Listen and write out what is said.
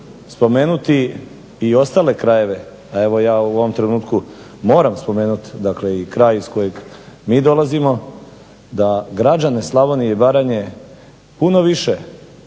spomenuti i ostale krajeve, a evo ja u ovom trenutku moram spomenuti dakle i kraj iz kojeg mi dolazimo da građane Slavonije i Baranje puno više